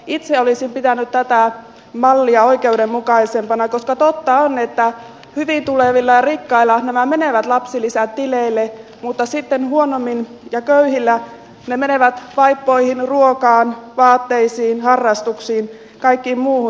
itse olisin pitänyt tätä mallia oikeudenmukaisempana koska totta on että hyvin toimeentulevilla ja rikkailla nämä menevät lapsilisätileille mutta sitten huonommin toimeentulevilla ja köyhillä ne menevät vaippoihin ruokaan vaatteisiin harrastuksiin kaikkeen muuhun tämäntasoiseen